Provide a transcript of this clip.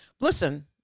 Listen